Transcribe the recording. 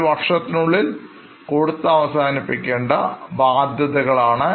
ഒരു വർഷത്തിനുള്ളിൽ കൊടുത്തു അവസാനിപ്പിക്കേണ്ട ബാധ്യതകളാണ്